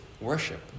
worship